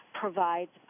provides